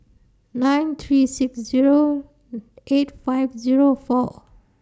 nine three six Zero eight five Zero four